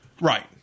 Right